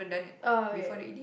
uh okay